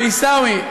עיסאווי,